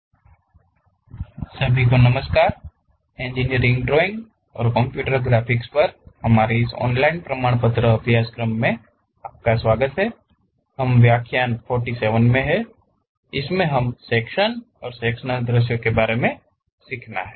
section और sectional दृश्य जारी हैं सभी को नमस्कार इंजीनियरिंग ड्राइंग और कंप्यूटर ग्राफिक्स पर हमारे इस ऑनलाइन प्रमाणपत्र अभ्यासक्रम में आपका स्वागत है हम व्याख्यान संख्या 47 में हैं इसमे हमे सेक्शन और सेक्शनल दृश्यों के बारे में सीखना हैं